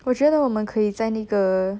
我觉得我们可以在那个